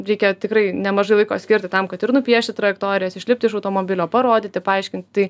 reikia tikrai nemažai laiko skirti tam kad ir nupiešti trajektorijas išlipti iš automobilio parodyti paaiškinti tai